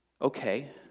Okay